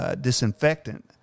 disinfectant